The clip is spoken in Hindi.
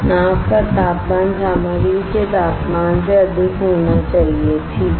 नाव का तापमान सामग्री के तापमान से अधिक होना चाहिए ठीक है